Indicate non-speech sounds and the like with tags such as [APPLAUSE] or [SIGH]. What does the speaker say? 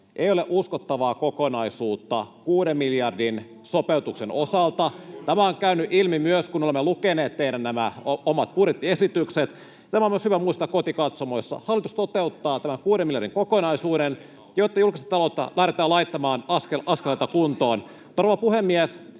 ei ole uskottavaa kokonaisuutta kuuden miljardin sopeutuksen osalta. [NOISE] Tämä on käynyt ilmi myös, kun olemme lukeneet nämä teidän omat budjettiesityksenne. Tämä on myös hyvä muistaa kotikatsomoissa. Hallitus toteuttaa tämän kuuden miljardin kokonaisuuden, jotta julkista taloutta lähdetään laittamaan askel askeleelta kuntoon. Rouva puhemies!